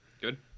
Good